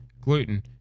gluten